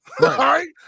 Right